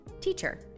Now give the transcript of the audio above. teacher